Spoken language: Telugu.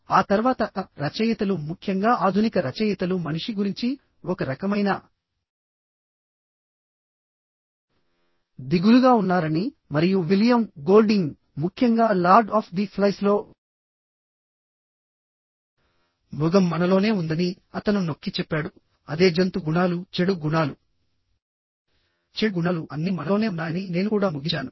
ఆ తర్వాత రచయితలు ముఖ్యంగా ఆధునిక రచయితలు మనిషి గురించి ఒక రకమైన దిగులుగా ఉన్నారని మరియు విలియం గోల్డింగ్ ముఖ్యంగా లార్డ్ ఆఫ్ ది ఫ్లైస్లో మృగం మనలోనే ఉందని అతను నొక్కిచెప్పాడు అదే జంతు గుణాలు చెడు గుణాలు చెడు గుణాలు అన్నీ మనలోనే ఉన్నాయని నేను కూడా ముగించాను